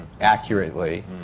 accurately